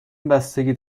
بستگی